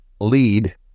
lead